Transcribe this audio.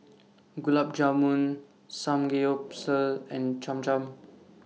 Gulab Jamun Samgeyopsal and Cham Cham